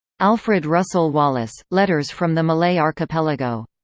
alfred russel wallace letters from the malay archipelago.